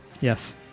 Yes